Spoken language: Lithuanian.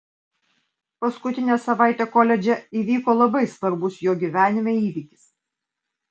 paskutinę savaitę koledže įvyko labai svarbus jo gyvenime įvykis